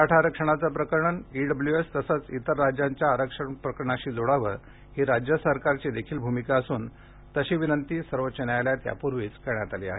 मराठा आरक्षणाचे प्रकरण ईडब्ल्यूएस तसेच इतर राज्यांच्या आरक्षण प्रकरणाशी जोडावे ही राज्य सरकारची देखील भूमिका असून तशी विनंती सर्वोच्च न्यायालयात यापूर्वीच करण्यात आली आहे